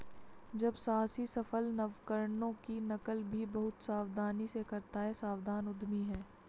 जब साहसी सफल नवकरणों की नकल भी बहुत सावधानी से करता है सावधान उद्यमी है